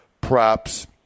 props